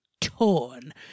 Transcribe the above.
torn